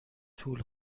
طول